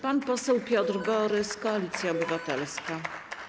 Pan poseł Piotr Borys, Koalicja Obywatelska.